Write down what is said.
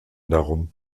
darum